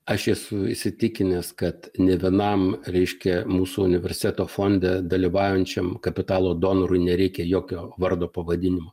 aš esu įsitikinęs kad nė vienam reiškia mūsų universiteto fonde dalyvaujančiam kapitalo donorui nereikia jokio vardo pavadinimu